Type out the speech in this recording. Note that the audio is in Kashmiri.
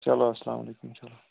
چلو اَسَلامُ علیکُم چلو